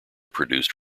produced